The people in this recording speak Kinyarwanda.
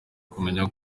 kumenya